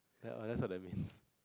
that's all they means